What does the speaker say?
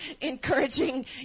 encouraging